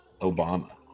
Obama